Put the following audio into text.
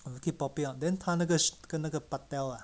keep popping up then 他那个跟那个 patel